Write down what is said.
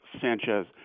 Sanchez